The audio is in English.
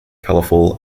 colourful